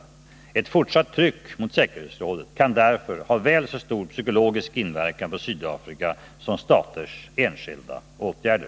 Ett fortsatt tryck mot säkerhetsrådet kan därför ha väl så stor psykologisk inverkan på Sydafrika som staters enskilda åtgärder.